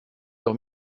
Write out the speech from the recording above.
leur